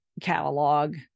catalog